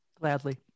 Gladly